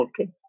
Okay